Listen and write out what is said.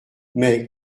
mais